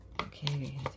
Okay